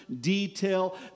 detail